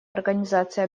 организации